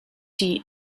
die